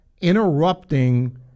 interrupting